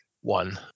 one